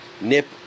nip